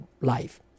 life